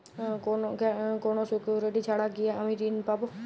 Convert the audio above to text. কোনো সিকুরিটি ছাড়া কি আমি ঋণ পাবো?